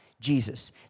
Jesus